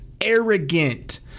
arrogant